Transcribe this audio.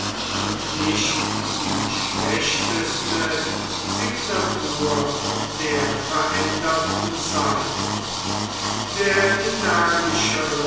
und nicht die schlechteste signatur der veränderten zeit der energischere